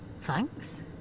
thanks